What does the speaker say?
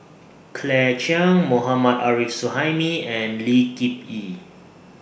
Claire Chiang Mohammad Arif Suhaimi and Lee Kip Yee